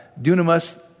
dunamus